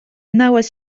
nawaz